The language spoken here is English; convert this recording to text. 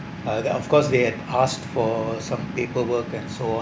uh they of course they had asked for some paperwork and so on